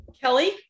kelly